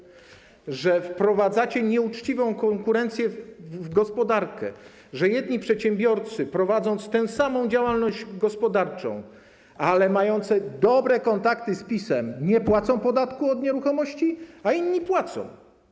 Polega ona na tym, że wprowadzacie nieuczciwą konkurencję w gospodarce, że jedni przedsiębiorcy, prowadzący tę samą działalność gospodarczą, ale mający dobre kontakty z PiS-em, nie płacą podatku od nieruchomości, a inni płacą.